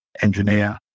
engineer